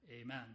Amen